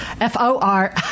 F-O-R